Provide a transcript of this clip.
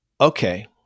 okay